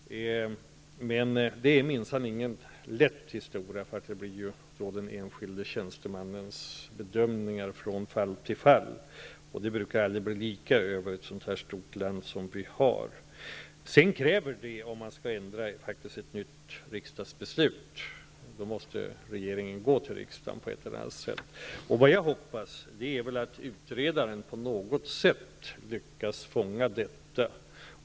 Men det är minsann ingen lätt historia. Det blir då bedömningar av den enskilde tjänstemannen från fall till fall. Det brukar aldrig bli lika över ett land av Sveriges storlek. Dessutom krävs för detta ett nytt riksdagsbeslut. Regeringen måste på ett eller annat sätt gå till riksdagen. Jag hoppas att utredaren på något sätt lyckas fånga detta.